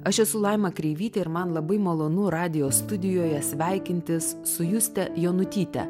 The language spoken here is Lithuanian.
aš esu laima kreivytė ir man labai malonu radijo studijoje sveikintis su juste jonutyte